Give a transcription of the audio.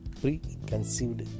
preconceived